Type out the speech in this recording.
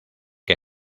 que